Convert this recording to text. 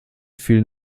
vielen